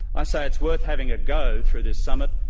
i say it's worth having a go through this summit,